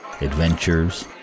adventures